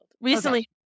recently